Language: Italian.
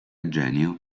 genio